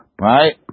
Right